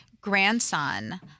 grandson